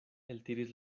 eltiris